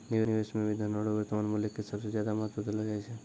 निवेश मे भी धनो रो वर्तमान मूल्य के सबसे ज्यादा महत्व देलो जाय छै